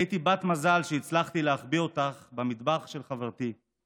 הייתי בת מזל שהצלחתי להחביא אותך במטבח של חברתי.